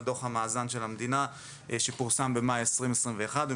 על דוח המאזן של המדינה שפורסם במאי 2021 והוא